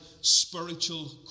spiritual